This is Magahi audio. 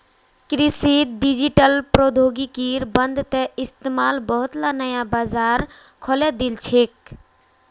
कृषित डिजिटल प्रौद्योगिकिर बढ़ त इस्तमाल बहुतला नया बाजार खोले दिल छेक